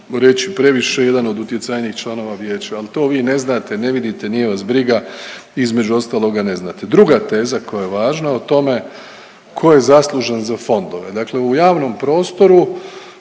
reći previše jedan od utjecajnijih članova Vijeća. Ali to vi ne znate, ne vidite, nije vas briga, između ostaloga ne znate. Druga teza koja je važna o tome tko je zaslužan za fondove. Dakle u javnom prostoru